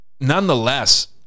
nonetheless